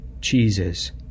cheeses